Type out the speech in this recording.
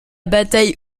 bataille